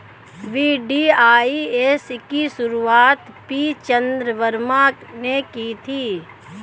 VDIS की शुरुआत P Chidambaram ने की थी